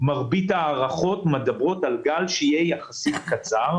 מרבית ההערכות מדברות על גל שיהיה קצר יחסית,